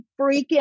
freaking